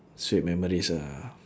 sweet memories ah